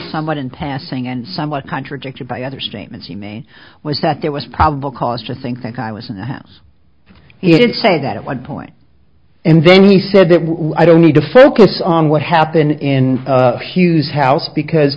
somewhat in passing and somewhat contradicted by other statements he made was that there was probable cause to think that guy was in the house he did say that at one point and then he said that i don't need to focus on what happened in hugh's house because